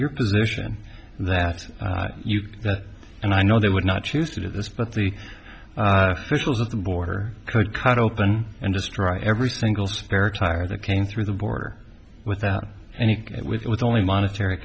your position that you and i know they would not choose to do this but the missiles of the border could cut open and destroy every single spare tire that came through the border without any and with only monetary